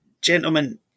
gentlemen